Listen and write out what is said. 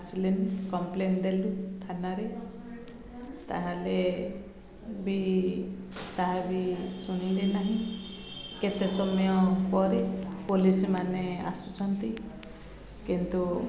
ଆସିଲେନି କମ୍ପ୍ଲେନ୍ ଦେଲୁ ଥାନାରେ ତା'ହେଲେ ବି ତାହା ବି ଶୁଣିଲେ ନାହିଁ କେତେ ସମୟ ପରେ ପୋଲିସ ମାନେ ଆସୁଛନ୍ତି କିନ୍ତୁ